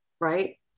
right